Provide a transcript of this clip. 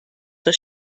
zur